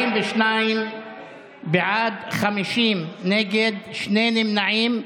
42 בעד, 50 נגד, שני נמנעים.